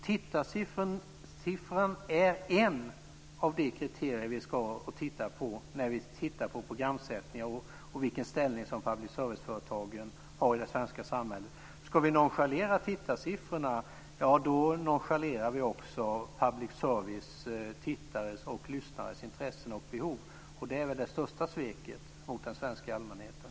Tittarsiffrorna är ett av de kriterier som vi ska titta på när vi tittar på programsättningar och vilken ställning som public service-företagen har i det svenska samhället. Ska vi nonchalera tittarsiffrorna så nonchalerar vi också public services tittares och lyssnares intressen och behov - och det är väl det största sveket mot den svenska allmänheten.